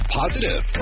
positive